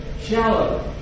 shallow